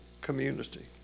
community